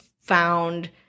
found